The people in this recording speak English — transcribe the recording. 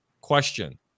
Question